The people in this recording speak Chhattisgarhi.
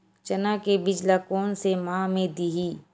चना के बीज ल कोन से माह म दीही?